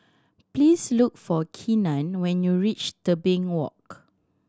please look for Keenan when you reach Tebing Walk